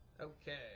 Okay